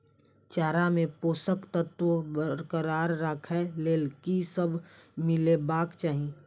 चारा मे पोसक तत्व बरकरार राखै लेल की सब मिलेबाक चाहि?